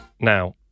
Now